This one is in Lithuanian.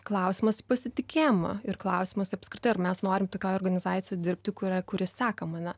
klausimas pasitikėjimo ir klausimas apskritai ar mes norim tokioj organizacijoj dirbti kuria kuri seka mane